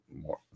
more